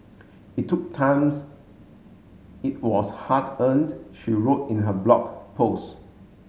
it took times it was hard earned she wrote in her blog post